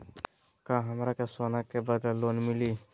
का हमरा के सोना के बदले लोन मिलि?